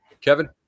Kevin